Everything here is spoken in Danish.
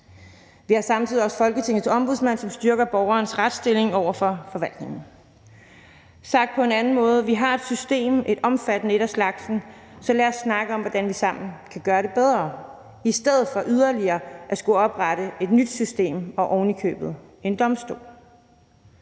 Vi har samtidig også Folketingets Ombudsmand, som styrker borgerens retsstilling over for forvaltningen. Sagt på en anden måde: Vi har et system og et omfattende et af slagsen, så lad os snakke om, hvordan vi sammen kan gøre det bedre i stedet for at skulle oprette yderligere et system og ovenikøbet en domstol.